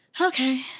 okay